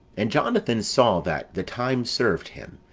and jonathan saw that the time served him,